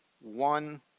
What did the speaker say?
One